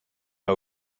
our